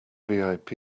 vip